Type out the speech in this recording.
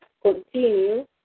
continue